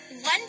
one